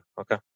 okay